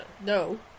no